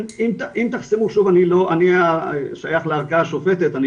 - שוב, אני שייך לערכאה השופטת ואני